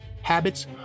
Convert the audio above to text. habits